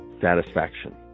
satisfaction